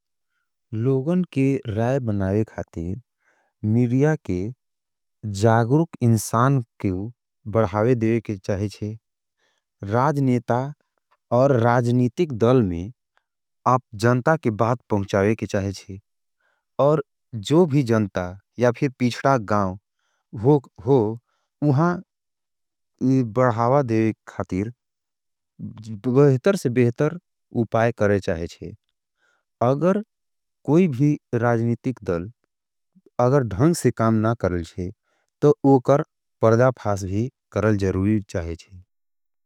लोगन के राय बनावे खातीर, मीरिया के जागुरुक इनसान क्यू बढ़ावे देवे के चाहेचे। राजनेता और राजनीतिक दल में आप जनता के बाद पहुँचावे के चाहेचे। और जो भी जनता या फिर पीछटा गाउ हो, उहां बढ़ावा देवे खातीर बहतर से बहतर उपाय करे चाहेचे। अगर कोई भी राजनीतिक दल अगर धंग से काम ना करल चे, तो उकर परदा फास भी करल जरूरी चाहेचे।